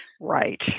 right